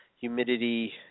humidity